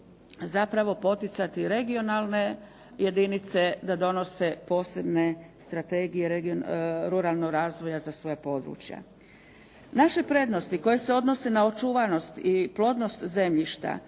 zapravo poticati regionalne jedinice da donose posebne strategije ruralnog razvoja za svoja područja. Naše prednosti koje se odnose na očuvanost i plodnost zemljišta,